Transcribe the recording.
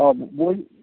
হ্যাঁ বোবোল